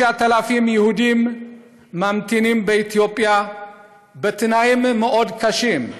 9,000 יהודים ממתינים באתיופיה בתנאים מאוד קשים.